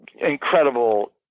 incredible